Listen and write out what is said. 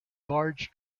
barge